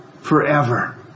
forever